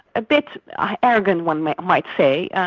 a bit arrogant, one might might say.